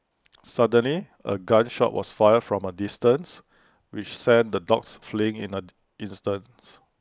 suddenly A gun shot was fired from A distance which sent the dogs fleeing in at instants